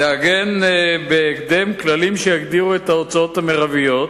תעגן בהקדם כללים שיגדירו את ההוצאות המרביות".